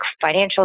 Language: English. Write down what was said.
financial